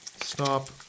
stop